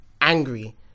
angry